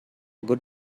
good